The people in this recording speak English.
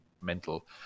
mental